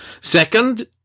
Second